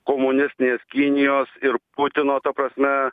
komunistinės kinijos ir putino ta prasme